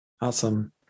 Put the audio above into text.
Awesome